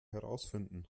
herausfinden